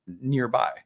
nearby